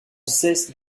cesse